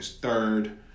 third